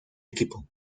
equipo